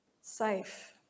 safe